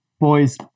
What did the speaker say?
Boys